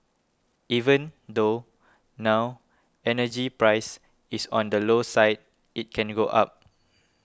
even though now energy price is on the low side it can go up